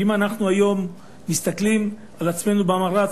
ואם אנחנו היום מסתכלים על עצמנו במראה,